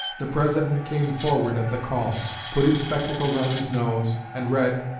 the president came forward at the call put his spectacles on his nose, and read,